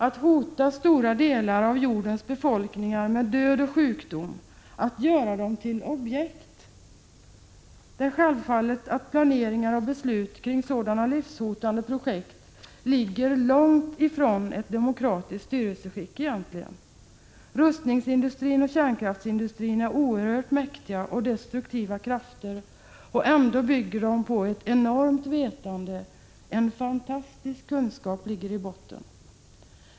Planeringen av beslut som rör sådana livshotande projekt som går ut på att hota en stor del av jordens befolkning med död och sjukdom, på att göra människorna till objekt, hör självfallet inte på långt när hemma i ett demokratiskt styrelseskick. Rustningsindustrin och kärnkraftsindustrin är 167 oerhört mäktiga och destruktiva krafter. Ändå bygger dessa industrier på ett enormt vetande — fantastiska kunskaper ligger i botten i det sammanhanget.